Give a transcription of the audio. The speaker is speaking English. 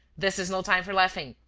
this is no time for laughing!